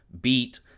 beat